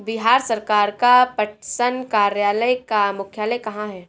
बिहार सरकार का पटसन कार्यालय का मुख्यालय कहाँ है?